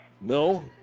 no